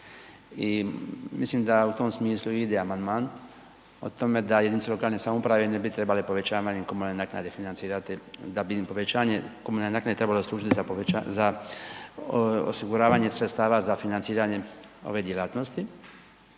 i mislim da u tom smislu ide amandman od tome da jedinice lokalne samouprave ne bi trebala povećavanjem komunalne naknade financirati da bi im povećanje komunalne naknade trebalo služiti za osiguravanje sredstava za financiranje ove djelatnosti.